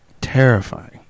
Terrifying